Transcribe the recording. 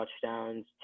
touchdowns